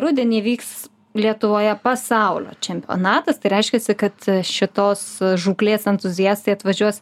rudenį vyks lietuvoje pasaulio čempionatas tai reiškiasi kad šitos žūklės entuziastai atvažiuos